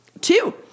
Two